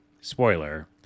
spoiler